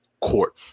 Court